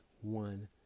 one